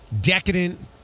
decadent